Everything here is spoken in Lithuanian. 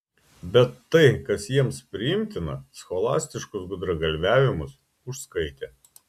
bet tai kas jiems priimtina scholastiškus gudragalviavimus užskaitė